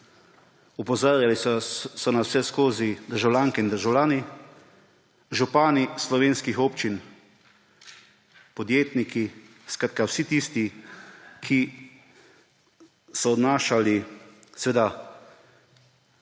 Opozarjali so nas vseskozi državljanke in državljani, župani slovenskih občin, podjetniki, skratka vsi tisti, ki so odnašali dokaj